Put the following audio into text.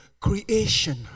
creation